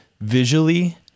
visually